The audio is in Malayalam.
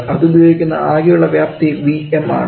അത് ഉപയോഗിക്കുന്ന ആകെയുള്ള വ്യാപ്തി Vm ആണ്